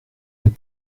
een